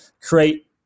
create